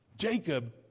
Jacob